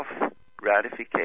self-gratification